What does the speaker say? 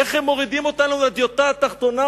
איך הם מורידים אותנו לדיוטה התחתונה,